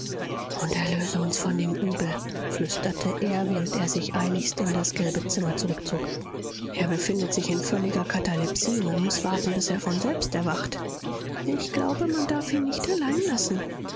und erlöse uns von dem übel flüsterte er während er sich eiligst in das gelbe zimmer zurückzog er befindet sich in völliger katalepsie man muß warten bis er von selbst erwacht ich glaube man darf ihn nicht allein lassen